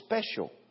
special